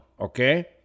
okay